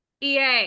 ea